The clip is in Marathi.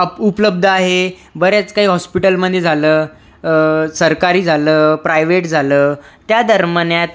अप उपलब्ध आहेत बऱ्याच काही हॉस्पिटलमध्ये झालं सरकारी झालं प्रायव्हेट झालं त्या दरमण्यात